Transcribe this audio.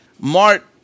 Mart